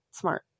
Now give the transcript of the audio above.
smart